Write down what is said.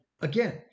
Again